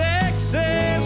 Texas